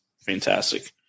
fantastic